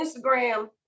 Instagram